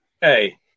Hey